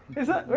is that,